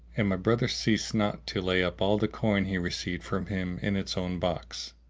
and my brother ceased not to lay up all the coin he received from him in its own box.